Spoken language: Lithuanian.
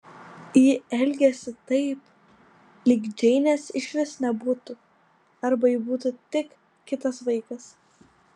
ji elgėsi taip lyg džeinės išvis nebūtų arba ji būtų tik kitas vaikas